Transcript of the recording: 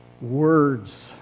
words